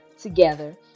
together